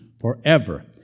forever